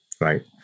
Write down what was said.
right